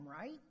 right